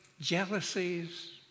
jealousies